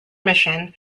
mission